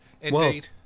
Indeed